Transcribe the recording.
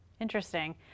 Interesting